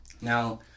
Now